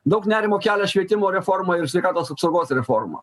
daug nerimo kelia švietimo reforma ir sveikatos apsaugos reforma